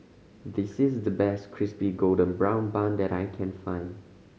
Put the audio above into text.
this is the best Crispy Golden Brown Bun that I can find